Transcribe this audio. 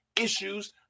issues